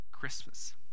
Christmas